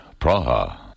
Praha